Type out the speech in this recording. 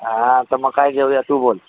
हां तर मग काय जेवूया तू बोल